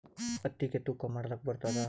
ಹತ್ತಿಗಿ ತೂಕಾ ಮಾಡಲಾಕ ಬರತ್ತಾದಾ?